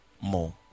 More